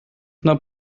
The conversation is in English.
now